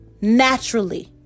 naturally